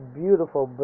beautiful